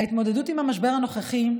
ההתמודדות עם המשבר הנוכחי,